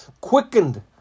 quickened